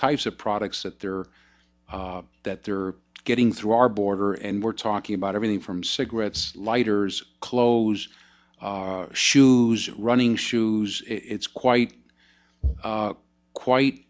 types of products that they're that they're getting through our border and we're talking about everything from cigarettes lighters clothes shoes running shoes it's quite quite